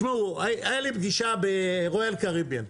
שמעו, הייתה לי פגישה ברויאל קריביים.